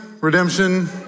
Redemption